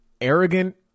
Arrogant